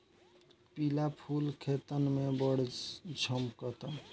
पिला फूल खेतन में बड़ झम्कता